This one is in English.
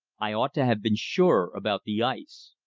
i ought to have been surer about the ice.